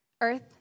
earth